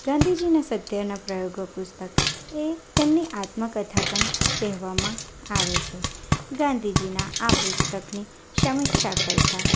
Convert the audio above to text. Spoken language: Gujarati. ગાંધીજીના સત્યના પ્રયોગો પુસ્તક એ તેમની આત્મકથા પણ કહેવામાં આવે છે ગાંધીજીના આ પુસ્તકની સમીક્ષા કરતા